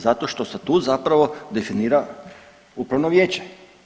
Zato što statut zapravo definira upravno vijeće.